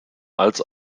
als